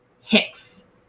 Hicks